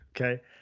okay